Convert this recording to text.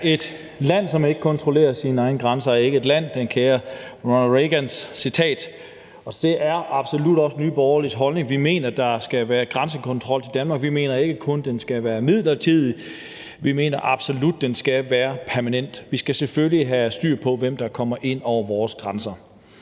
Et land, som ikke kontrollerer sine egne grænser, er ikke et land, lyder et citat af den kære Ronald Reagan, og det er absolut også Nye Borgerliges holdning. Vi mener, der skal være grænsekontrol i Danmark. Vi mener ikke kun, at den skal være midlertidig. Vi mener absolut, den skal være permanent. Vi skal selvfølgelig have styr på, hvem der kommer ind over vores grænser.